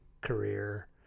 career